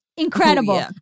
Incredible